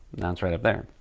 right up there.